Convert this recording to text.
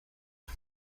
que